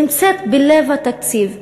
שנמצאת בלב התקציב.